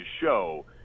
show